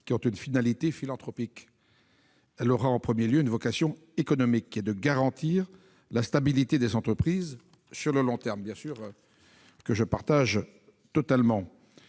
qui ont une finalité philanthropique. Elle aura en premier lieu une vocation économique et de garantir la stabilité des entreprises sur le long terme. » Je souscris totalement